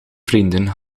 vrienden